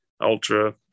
ultra